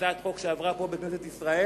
לפי הצעת חוק שעברה כאן בכנסת ישראל,